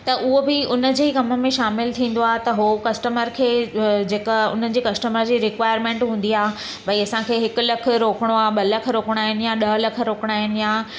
त उहो बि उनजे ई कम में ई शामिलु थींदो आहे त उहो कस्टमर खे जेका उन जेका कस्टमर जी रिक्वायरमेंट हूंदी आहे भई असांखे हिकु लखु रोकणो आहे ॿ लख रोकणा आहिनि या ॾह लख रोकणा आहिनि या